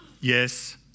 yes